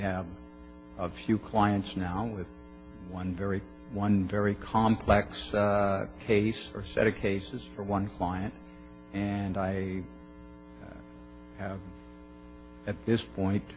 have of few clients now with one very one very complex case or set of cases for one client and i have at this point